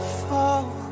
fall